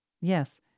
Yes